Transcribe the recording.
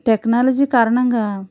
technology కారణంగా